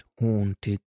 haunted